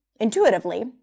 intuitively